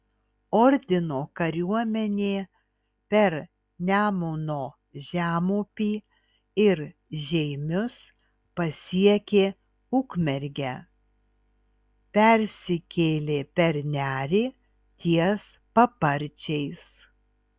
ordino kariuomenė per nemuno žemupį ir žeimius pasiekė ukmergę persikėlė per nerį ties paparčiais